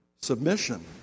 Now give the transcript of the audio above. Submission